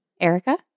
Erica